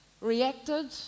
reacted